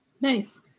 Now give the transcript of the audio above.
Nice